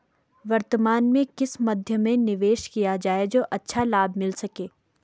वर्तमान में किस मध्य में निवेश किया जाए जो अच्छा लाभ मिल सके?